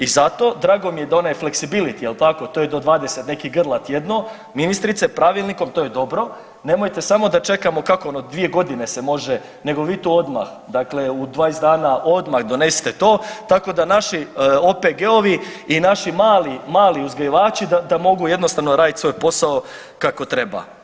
I zato drago mi je da onaj fleksibiliti jel tako to je do 20 nekih grla tjedno ministrice, pravilnikom to je dobro nemojte samo da čekamo kako ono, dvije godine se može nego vi to odmah dakle u 20 dana odmah donesite to tako da naši OPG-ovi i naši mali, mali uzgajivači da mogu jednostavno raditi svoj posao kako treba.